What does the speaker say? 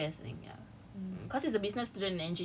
but he in the end he chose like D_B_S I think ya